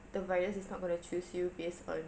the virus is not going to choose you based on